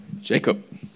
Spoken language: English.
Jacob